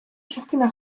частина